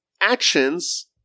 actions